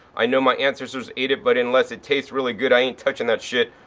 i know my ancestors ate it but unless it tastes really good i ain't touching that shit.